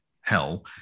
Hell